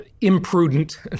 imprudent